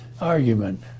argument